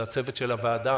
לצוות של הוועדה